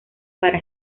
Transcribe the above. para